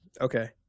Okay